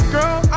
Girl